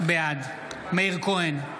בעד מאיר כהן,